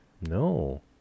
No